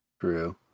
True